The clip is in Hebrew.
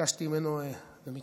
וביקשתי ממנו ומתמר,